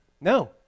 No